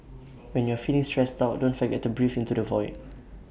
when you are feeling stressed out don't forget to breathe into the void